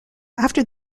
after